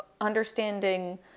understanding